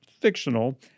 fictional